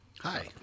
Hi